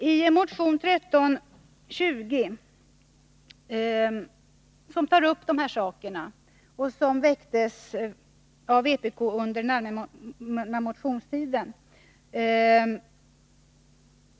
Motion 1620, som tar upp dessa saker, väcktes av vpk under den allmänna motionstiden.